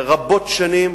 רבות שנים